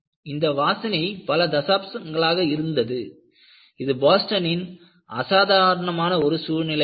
இந்த வாசனை பல தசாப்தங்களாக இருந்தது இது போஸ்டனின் அசாதாரணமான ஒரு சூழ்நிலையாகும்